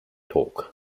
talk